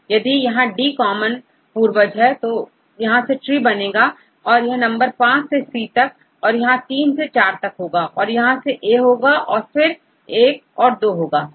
जैसे यदि यहांD कॉमन पूर्वज हो तो यहां से ट्री बनेगा यह नंबर 5 सेC तक फिर यहां3 और4 होगा यहां से ए और फिरI और II होगा